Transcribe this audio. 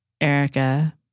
Erica